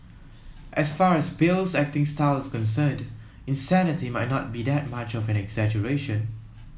as far as Bale's acting style is concerned insanity might not be that much of an exaggeration